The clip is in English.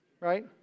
Right